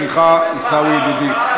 סליחה, עיסאווי ידידי.